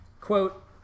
Quote